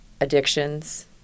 addictions